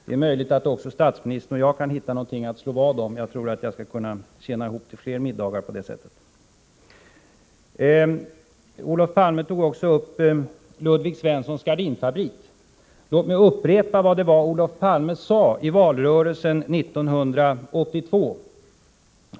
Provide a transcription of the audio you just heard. Det är möjligt att också statsministern och jag hittar något att slå vad om — jag tror att jag skulle kunna tjäna ihop till flera middagar på det sättet. Olof Palme tog upp Ludvig Svenssons gardinfabrik. Låt mig upprepa vad Olof Palme sade i valrörelsen 1982.